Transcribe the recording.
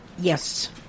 Yes